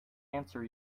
answer